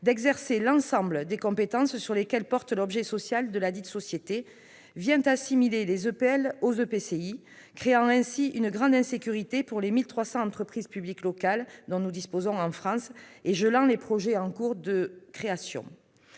d'exercer l'ensemble des compétences sur lesquelles porte l'objet social de ladite société, assimile les EPL aux EPCI, créant ainsi une grande insécurité pour les 1 300 entreprises publiques locales dont, en France, nous disposons et gelant les projets en cours de création